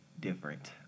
different